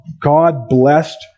God-blessed